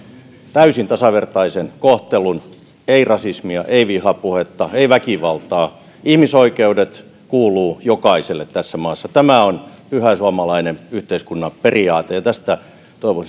täysin tasavertaisen kohtelun ei rasismia ei vihapuhetta ei väkivaltaa ihmisoikeudet kuuluvat jokaiselle tässä maassa tämä on pyhä suomalainen yhteiskunnan periaate ja toivoisin että tästä